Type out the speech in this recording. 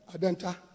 Adenta